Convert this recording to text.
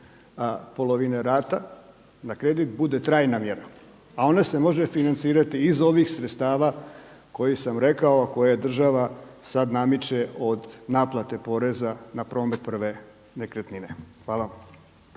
polovine rata da kredit bude trajna mjera, a ona se može financirati iz ovih sredstava kojih sam rekao, a koje država sad namiče od naplate poreza na promet prve nekretnine. Hvala